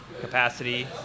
capacity